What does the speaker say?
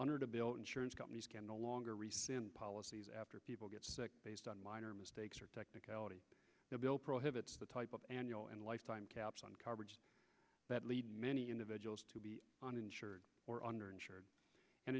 under to bill insurance companies can no longer rescind policies after people get sick based on minor mistakes or technicality the bill prohibits the type of annual and lifetime caps on coverage that lead many individuals to be uninsured or underinsured and